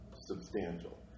substantial